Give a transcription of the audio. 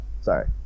Sorry